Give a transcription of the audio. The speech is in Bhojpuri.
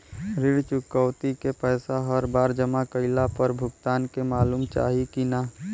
ऋण चुकौती के पैसा हर बार जमा कईला पर भुगतान के मालूम चाही की ना?